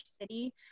city